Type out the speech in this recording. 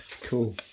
Cool